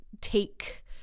take